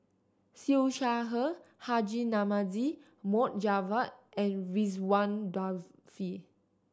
Siew Shaw Her Haji Namazie Mohd Javad and Ridzwan Dzafir